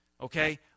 okay